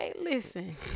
listen